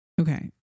Okay